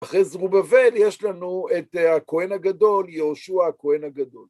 אחרי זרובבל יש לנו את הכהן הגדול, יהושע הכהן הגדול.